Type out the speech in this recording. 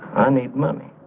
on the money.